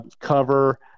cover